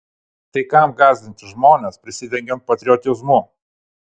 tai kam gąsdinti žmones prisidengiant patriotizmu